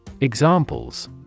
Examples